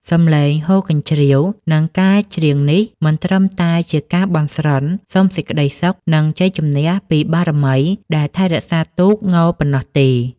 សំឡេងហ៊ោរកញ្ជ្រៀវ និងការច្រៀងនេះ មិនត្រឹមតែជាការបន់ស្រន់សុំសេចក្តីសុខ និងជ័យជំនះពីបារមីដែលថែរក្សាទូកងប៉ុណ្ណោះទេ។